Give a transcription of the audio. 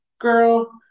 girl